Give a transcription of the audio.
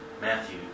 Matthew